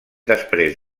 després